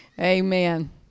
amen